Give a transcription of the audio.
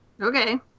Okay